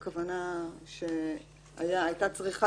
"עבירות נוספות" הכוונה שהייתה צריכת